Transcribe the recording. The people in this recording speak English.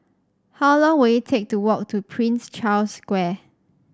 how long will it take to walk to Prince Charles Square